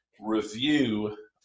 review